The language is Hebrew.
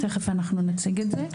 תכף אנחנו נציג את זה.